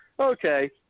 okay